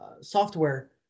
software